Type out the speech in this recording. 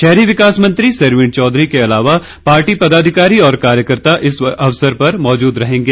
शहरी विकास मंत्री सरवीण चौधरी के अलावा पार्टी पदाधिकारी और कार्यकर्ता इस अवसर पर मौजूद रहेंगी